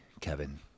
Kevin